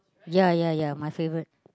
ya ya ya my favorite